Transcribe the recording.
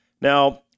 Now